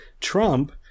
Trump